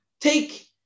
take